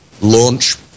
launch